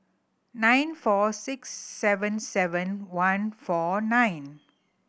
nine four six seven seven one four nine